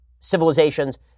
civilizations